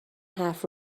حرف